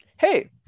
hey